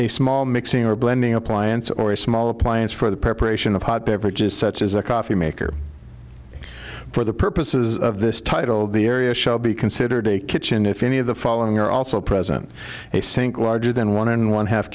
a small mixing or blending appliance or a small appliance for the preparation of hot beverages such as a coffee maker for the purposes of this title the area shall be considered a kitchen if any of the following are also present a sink larger than one and one ha